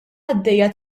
għaddejja